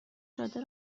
جاده